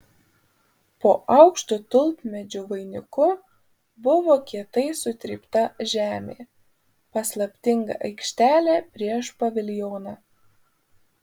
po aukštu tulpmedžių vainiku buvo kietai sutrypta žemė paslaptinga aikštelė prieš paviljoną